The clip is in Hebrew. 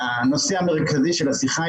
הם יכולים להכיל את כל בני הנוער שמגיעים